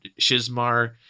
Shizmar